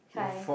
five